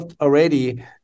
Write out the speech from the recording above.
Already